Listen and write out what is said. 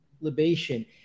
libation